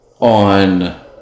on